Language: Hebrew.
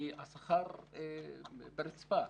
כי השכר ברצפה.